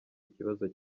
ikibazo